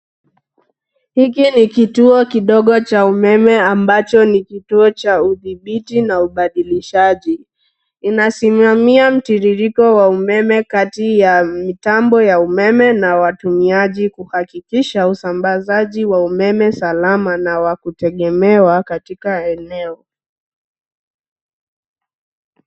Hiki ni kituo kidogo cha umeme ambacho ni kituo cha udhibiti na ubadilishi. Inasimamia mtiririko wa umeme kati ya mitambo ya umeme na watumiaji kuhakikisha usamabazaji wa umeme salama na wakutegemewa katika eneo.